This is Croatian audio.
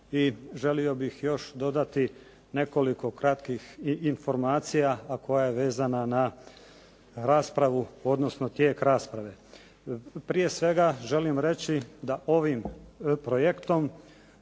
i želio bih još dodati nekoliko kratkih i informacija a koja je vezana na raspravu odnosno tijek rasprave. Prije svega želim reći da ovim projektom,